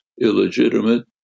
illegitimate